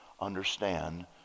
understand